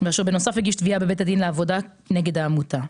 ואשר בנוסף הגיש תביעה בבית הדין לעבודה נגד העמותה.